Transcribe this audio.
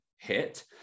hit